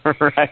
Right